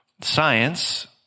Science